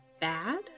bad